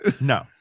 No